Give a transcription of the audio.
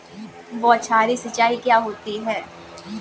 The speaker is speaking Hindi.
बौछारी सिंचाई क्या होती है?